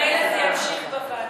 ממילא זה ימשיך להתנהל בוועדות.